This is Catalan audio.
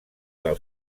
del